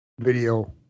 video